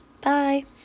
Bye